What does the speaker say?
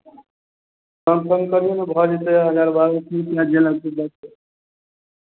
कम सम करियौ ने भऽ जेतै हजार बारह सए जेना जे लगतै दऽ